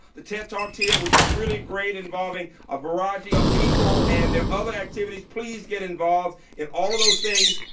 the ted talks here which are really great involving a variety of people and there are other activities, please get involved in all of those things.